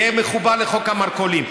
יהיה מחובר לחוק המרכולים.